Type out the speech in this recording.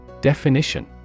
Definition